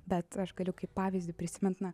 bet aš galiu kaip pavyzdį prisimint na